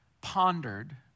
pondered